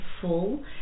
full